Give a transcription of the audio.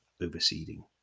overseeding